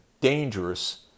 dangerous